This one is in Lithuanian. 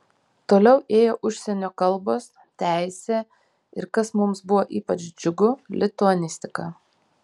toliau ėjo užsienio kalbos teisė ir kas mums buvo ypač džiugu lituanistika